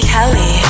Kelly